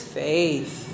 faith